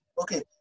Okay